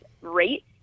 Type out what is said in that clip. rate